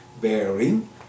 bearing